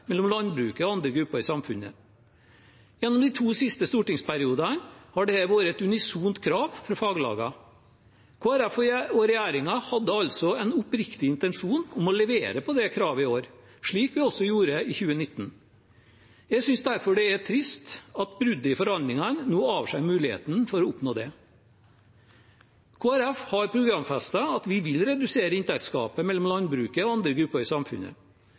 mellom landbruket og andre grupper i samfunnet. Gjennom de to siste stortingsperiodene har dette vært et unisont krav fra faglagene. Kristelig Folkeparti og regjeringen hadde altså en oppriktig intensjon om å levere på det kravet i år, slik vi også gjorde i 2019. Jeg synes derfor det er trist at bruddet i forhandlingene nå avskjærer muligheten for å oppnå det. Kristelig Folkeparti har programfestet at vi vil redusere inntektsgapet mellom landbruket og andre grupper i samfunnet.